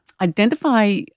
identify